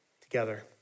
together